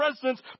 presence